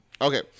Okay